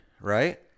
right